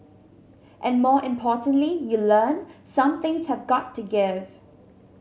and more importantly you learn some things have got to give